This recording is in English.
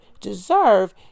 deserve